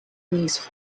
these